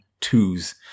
twos